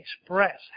express